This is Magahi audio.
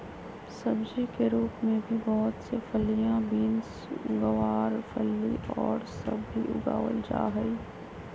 सब्जी के रूप में भी बहुत से फलियां, बींस, गवारफली और सब भी उगावल जाहई